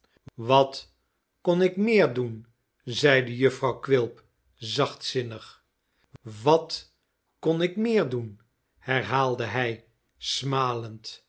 wat kon ik meer doen zeide jufvrouw quilp zachtzinnig wat kon ik meer doen herhaalde hij smalend